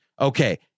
Okay